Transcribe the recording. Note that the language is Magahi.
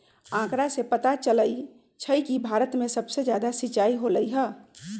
आंकड़ा से पता चलई छई कि भारत में सबसे जादा सिंचाई होलई ह